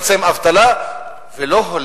לא הולך על מנת לצמצם את האבטלה ולא הולך